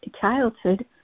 childhood